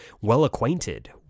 well-acquainted